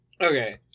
Okay